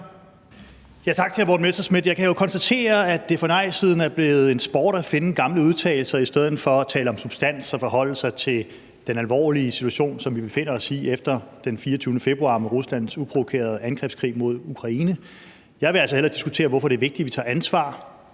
Messerschmidt. Jeg kan jo konstatere, at det for nejsiden er blevet en sport at finde gamle udtalelser i stedet for at tale om substans og forholde sig til den alvorlige situation, som vi befinder os i efter den 24. februar med Ruslands uprovokerede angrebskrig mod Ukraine. Jeg vil altså hellere diskutere, hvorfor det er vigtigt, at vi tager ansvar